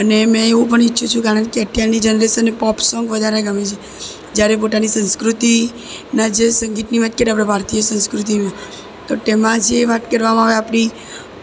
અને મેં એવું પણ ઈચ્છું છું કે કારણ કે અત્યારની જનરેશનને પોપ સોંગ વધારે ગમે છે જ્યારે પોતાની સંસ્કૃતિનાં જે સંગીતની વાત કરીએ આપણે ભારતીય સંસ્કૃતિની તો તેમાં જે વાત કરવામાં આવે આપણી